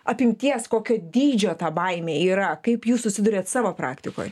apimties kokio dydžio ta baimė yra kaip jūs susiduriat savo praktikoj